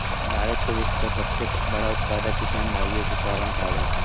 भारत को विश्व का सबसे बड़ा उत्पादक किसान भाइयों के कारण कहा जाता है